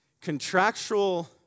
contractual